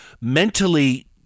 mentally